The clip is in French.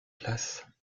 place